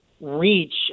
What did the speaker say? reach